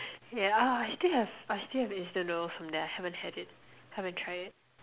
yeah I still have I still have instant noodles from there I haven't had it haven't tried it